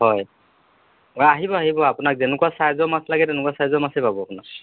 হয় অঁ আহিব আহিব আপোনাক যেনেকুৱা ছাইজৰ মাছ লাগে তেনেকুৱা ছইজৰ মাছেই পাব আপোনাৰ